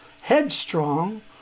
headstrong